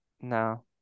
No